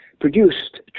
produced